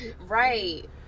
right